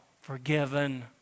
forgiven